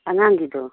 ꯑꯉꯥꯡꯒꯤꯗꯣ